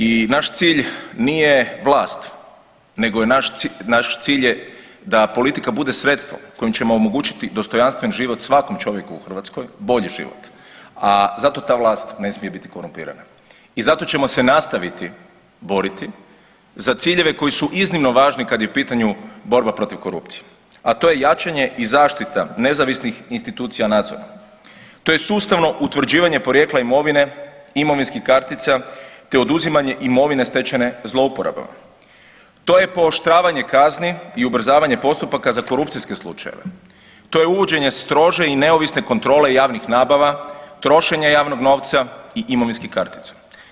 I naš cilj nije vlast nego je naš, naš cilj je da politika bude sredstvo kojim ćemo omogućiti dostojanstven život svakom čovjeku u Hrvatskoj, bolji život, a zato ta vlast ne smije biti korumpirana i zato ćemo se nastaviti boriti za ciljeve koji su iznimno važni kad je u pitanju borba protiv korupcije, a to je jačanje i zaštita nezavisnih institucija nadzora, to je sustavno utvrđivanje porijekla imovine, imovinskih kartica, te oduzimanje imovine stečene zlouporabama, to je pooštravanje kazni i ubrzavanje postupaka za korupcijske slučajeve, to je uvođenje strože i neovisne kontrole javnih nabava, trošenje javnog novca i imovinskih kartica.